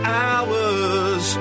hours